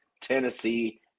Tennessee